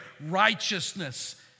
Righteousness